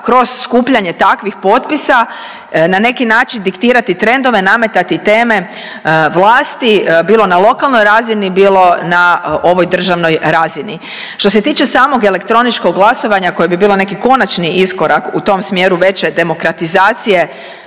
kroz skupljanje takvih potpisa na neki način diktirati trendove, nametati teme vlasti bilo na lokalnoj razini, bilo na ovoj državnoj razini. Što se tiče samog elektroničkog glasovanja koje bi bilo neki konačni iskorak u tom smjeru veće demokratizacije